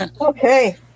Okay